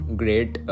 great